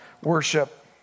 worship